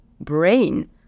brain